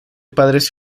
padres